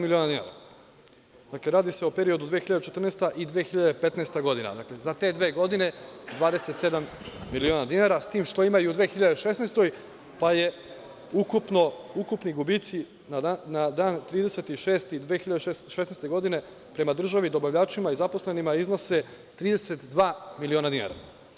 Dakle, radi se o periodu od 2014. i 2015. godina, za te dve godine 27 miliona dinara, s tim što ima i u 2016. godini, pa ukupni gubici na dan 30. jun 2016. godine prema državi, dobavljačima i zaposlenima iznose 32 miliona dinara.